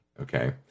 okay